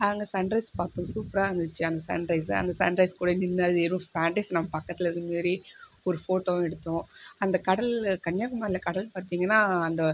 அங்கே சன்ரைஸ் பார்த்தோம் சூப்பராக இருந்துச்சு அந்த சன்ரைஸு அந்த சன்ரைஸ் கூட நின்று அது ஏறும் ஸ்பாண்டிஸ் நம்ம பக்கத்தில் இருக்கமேரி ஒரு ஃபோட்டோவும் எடுத்தோம் அந்த கடலில் கன்னியாகுமாரியில கடல் பார்த்தீங்கன்னா அந்த